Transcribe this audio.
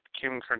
Kim